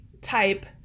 type